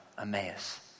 Emmaus